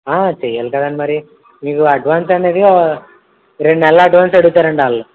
చేయాలి కదండి మరి మీకు అడ్వాన్స్ అనేది రెండు నెలల అడ్వాన్స్ అడుగుతారండి వాళ్ళు